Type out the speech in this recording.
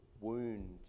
wound